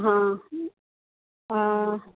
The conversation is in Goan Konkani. हा